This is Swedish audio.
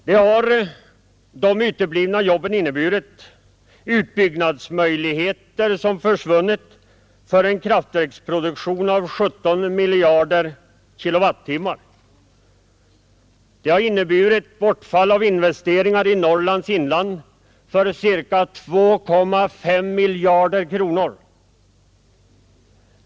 Där har de uteblivna jobben inneburit att möjligheter försvunnit till utbyggnad av en kraftproduktion av 17 miljarder kilowattimmar. Det har inneburit bortfall av investeringar i Norrlands inland för ca 2,5 miljarder kronor.